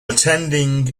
attending